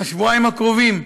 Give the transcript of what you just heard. בשבועיים הקרובים,